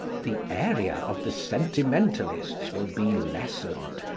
the area of the sentimentalists will be lessened,